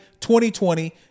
2020